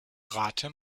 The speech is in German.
rate